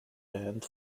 banned